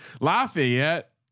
Lafayette